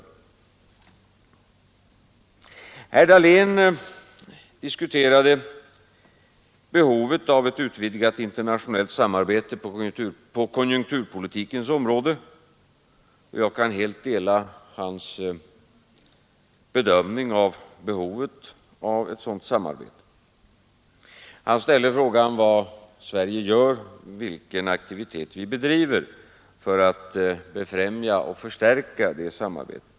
Herr Dahlén uppehöll sig vid behovet av ett utvidgat internationellt samarbete på konjunkturpolitikens område, och jag kan helt dela hans bedömning av detta behov. Herr Dahlén ställde frågan vilken aktivitet Sverige bedriver för att befrämja och förstärka detta samarbete.